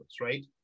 right